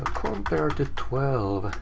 compare to twelve.